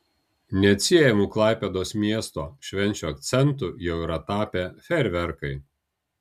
neatsiejamu klaipėdos miesto švenčių akcentu jau yra tapę fejerverkai